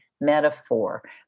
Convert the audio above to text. metaphor